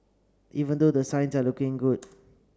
even though the signs are looking good